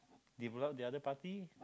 develop the other party